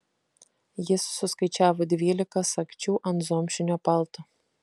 jis suskaičiavo dvylika sagčių ant zomšinio palto